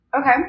Okay